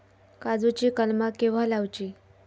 काजुची कलमा केव्हा लावची?